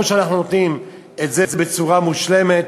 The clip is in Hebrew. או שאנחנו נותנים את זה בצורה מושלמת